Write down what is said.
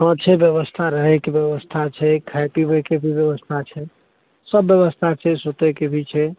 हँ छै व्यवस्था रहै के बैबस्था छै खाइ पीबै के भी बैबस्था छै सब बैबस्था छै सुतै के भी छै